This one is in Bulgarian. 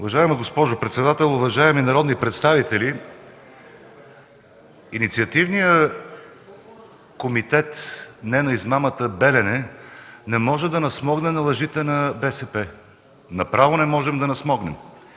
Уважаема госпожо председател, уважаеми народни представители! Инициативният комитет „Не на измамата Белене” не може да насмогне на лъжите на БСП. Направо не можем да насмогнем!